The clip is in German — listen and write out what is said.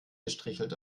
gestrichelt